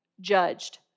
judged